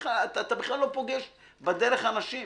אתה בכלל לא פוגש בדרך אנשים.